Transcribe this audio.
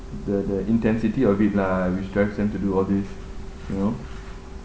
the the intensity of it lah which drives them to do all this you know